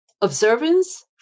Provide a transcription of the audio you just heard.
observance